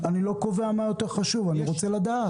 קובע מה יותר חשוב, אני רוצה לדעת.